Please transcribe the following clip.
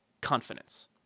confidence